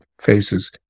faces